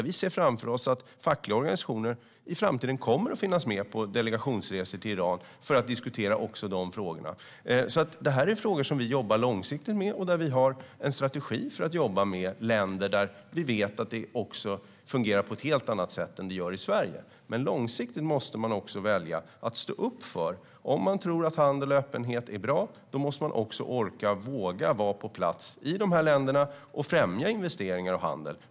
Vi ser framför oss att fackliga organisationer kommer att finnas med på delegationsresor till Iran i framtiden för att diskutera även dessa frågor. Vi jobbar långsiktigt med dessa frågor, och vi har en strategi för att jobba med länder där det fungerar på ett helt annat sätt än i Sverige. Vi måste välja. Tror vi att handel och öppenhet är bra och leder till en bättre utveckling långsiktigt måste vi orka våga vara på plats i dessa länder och främja investeringar och handel.